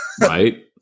Right